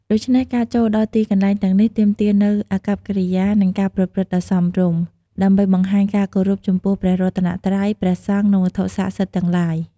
ដូច្នេះ ការចូលដល់ទីកន្លែងទាំងនេះទាមទារនូវអាកប្បកិរិយា និងការប្រព្រឹត្តដ៏សមរម្យ ដើម្បីបង្ហាញការគោរពចំពោះព្រះរតនត្រ័យ ព្រះសង្ឃ និងវត្ថុស័ក្តិសិទ្ធិទាំងឡាយ។